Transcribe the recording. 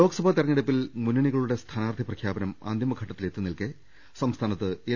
ലോക്സഭാ തെരഞ്ഞെടുപ്പിൽ മുന്നണികളുടെ സ്ഥാനാർഥി പ്രഖ്യാ പനം അന്തിമ ഘട്ടത്തിലെത്തി നിൽക്കെ സംസ്ഥാനത്ത് എൽ